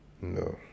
No